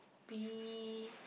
be